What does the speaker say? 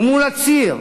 ומול הציר,